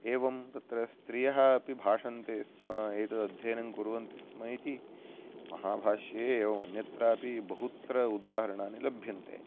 एवं तत्र स्त्रियः अपि भाषन्ते स्म एतद् अध्ययनं कुर्वन्ति स्म इति महाभाष्ये एवम् अन्यत्रापि बहुत्र उदाहरणानि लभ्यन्ते